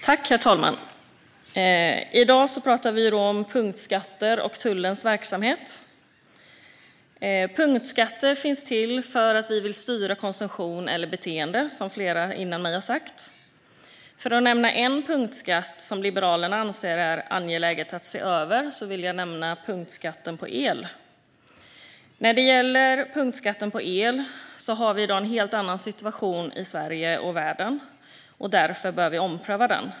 Herr talman! I dag pratar vi om punktskatter och tullens verksamhet. Punktskatter finns till för att vi vill styra konsumtion eller beteenden, som flera före mig har sagt. För att nämna en punktskatt som Liberalerna anser är angelägen att se över vill jag nämna punktskatten på el. När det gäller punktskatten på el har vi i dag en helt annan situation i Sverige och världen. Därför behöver vi ompröva den.